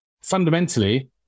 fundamentally